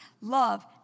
Love